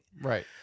Right